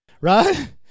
Right